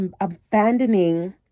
abandoning